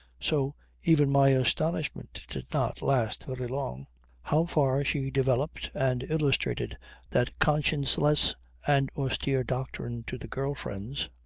so even my astonishment did not last very long how far she developed and illustrated that conscienceless and austere doctrine to the girl-friends,